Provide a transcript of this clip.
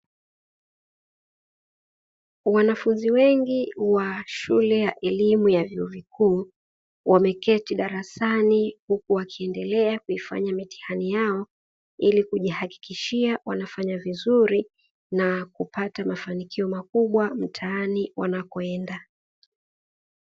Wanafunzi wengi wa shule ya elimu ya vyuo vikuu wameketi darasani huku wakiendelea kuifanya mitihani yao ili kujihakikishia wanafanya vizuri na kupata mafanikio makubwa mtaani wanakoenda.